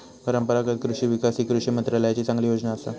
परंपरागत कृषि विकास ही कृषी मंत्रालयाची चांगली योजना असा